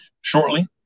shortly